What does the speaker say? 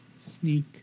sneak